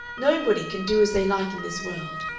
nobody, can do as they like in this world.